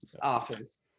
office